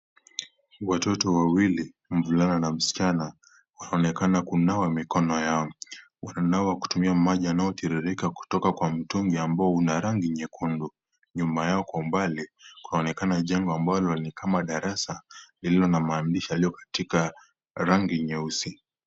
Watoto wawili, mvulana na msichana waonekana kunawa mkono yao. Wananawa kutumia maji ambao unatiririka kutoka kwa mtungi wa rangi nyekundu. Nyuma yao kwa umbali kunaonekana jengo ambalo ni kama darasa lililo na maandishi katika rangi nyeusi